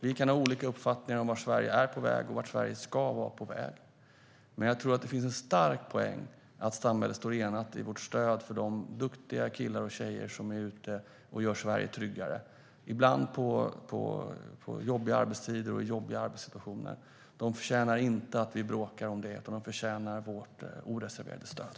Vi kan ha olika uppfattningar om vart Sverige är på väg och vart Sverige ska vara på väg. Men jag tror att det finns en stark poäng i att samhället står enat i vårt stöd för de duktiga killar och tjejer som är ute och gör Sverige tryggare, ibland på jobbiga arbetstider och i jobbiga arbetssituationer. De förtjänar inte att vi bråkar om det, utan de förtjänar vårt oreserverade stöd.